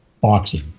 boxing